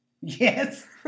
Yes